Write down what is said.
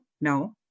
No